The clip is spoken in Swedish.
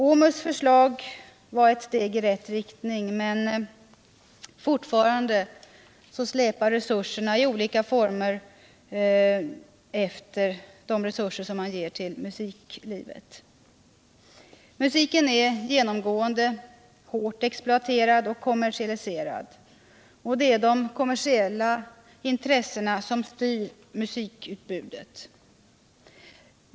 OMUS förslag var ett steg i rätt riktning, men fortfarande släpar de resurser efter som i olika former ges till musiklivet. Musiken är genomgående hårt exploaterad och kommersialiserad. Det är de kommersiella intressena som styr musikutbudet.